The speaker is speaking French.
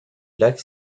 lac